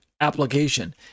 application